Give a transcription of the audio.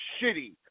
shitty